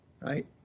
right